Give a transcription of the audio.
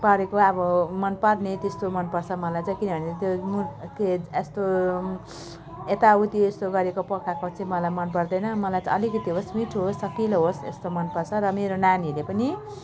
परेको अब मनपर्ने अब त्यस्तो चाहिँ मनपर्छ मलाई चाहिँ किनभने त्यो नुन के यस्तो यताउति यसो गरेको पकाएको चाहिँ मलाई मनपर्दैन मलाई चाहिँ अलिकति होस् मिठो होस् चखिलो होस् यस्तो मनपर्छ र मेरो नानीहरूले पनि